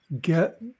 get